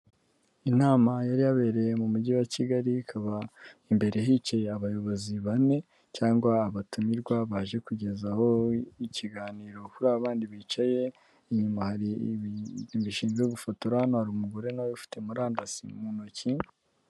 Inama yari yabereye mu mujyi wa Kigali, imbere hicaye abayobozi bane. Abatumirwa baje kugezwaho ikiganiro, n’abandi bicaye inyuma. Hari imashini ishinzwe gufotora, hari n’umugore ufite murandasi mu ntoki.